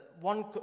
One